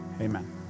amen